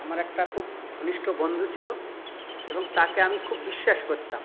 আমার একটা খুব ঘনিষ্ঠ বন্ধু ছিলো এবং তাকে আমি খুব বিশ্বাস করতাম